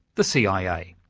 the cia.